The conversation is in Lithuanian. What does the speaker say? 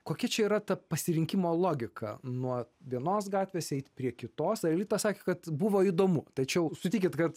kokia čia yra ta pasirinkimo logika nuo vienos gatvės eit prie kitos aelita sakė kad buvo įdomu tačiau sutikit kad